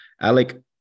Alec